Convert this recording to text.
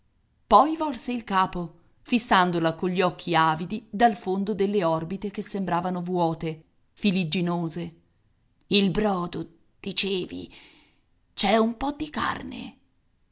poi volse il capo fissandola cogli occhi avidi dal fondo delle orbite che sembravano vuote filigginose il brodo dicevi c'è un po di carne